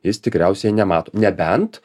jis tikriausiai nemato nebent